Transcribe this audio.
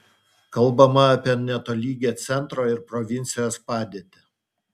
kalbama apie netolygią centro ir provincijos padėtį